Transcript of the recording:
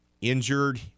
injured